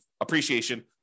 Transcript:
appreciation